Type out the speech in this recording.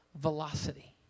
velocity